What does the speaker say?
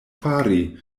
fari